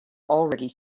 already